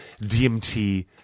DMT